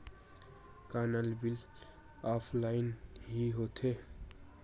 का नल bill offline हि होथे?